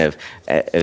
of